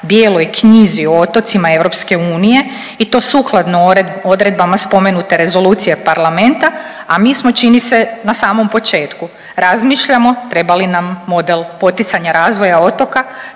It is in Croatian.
bijeloj knjizi o otocima EU i to sukladno odredbama spomenute Rezolucije parlamenta, a mi smo čini se na samom početku. Razmišljamo treba li nam model poticanja razvoja otoka